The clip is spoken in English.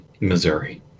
Missouri